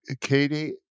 Katie